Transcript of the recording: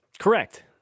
Correct